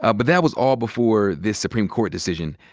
ah but that was all before this supreme court decision.